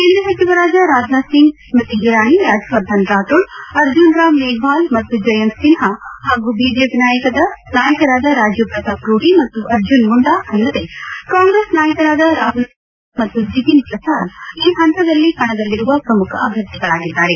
ಕೇಂದ್ರ ಸಚಿವರಾದ ರಾಜನಾಥ್ ಸಿಂಗ್ ಸ್ವತಿ ಇರಾನಿ ರಾಜ್ಯವರ್ಧನ್ ರಾಥೋಡ್ ಅರ್ಜುನ್ ರಾಮ್ ಮೇಫ್ವಾಲ್ ಮತ್ತು ಜಯಂತ್ ಸಿನ್ವಾ ಹಾಗೂ ಬಿಜೆಪಿ ನಾಯಕರಾದ ರಾಜೀವ್ ಪ್ರತಾಪ್ ರೂಡಿ ಮತ್ತು ಅರ್ಜುನ್ ಮುಂಡಾ ಅಲ್ಲದೇ ಕಾಂಗ್ರೆಸ್ ನಾಯಕರಾದ ರಾಹುಲ್ ಗಾಂಧಿ ಸೋನಿಯಾ ಗಾಂಧಿ ಮತ್ತು ಜಿತಿನ್ ಪ್ರಸಾದ್ ಈ ಹಂತದಲ್ಲಿ ಕಣದಲ್ಲಿರುವ ಪ್ರಮುಖ ಅಭ್ಯರ್ಥಿಗಳಾಗಿದ್ದಾರೆ